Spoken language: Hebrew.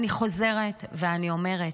חוזרת, ואני אומרת: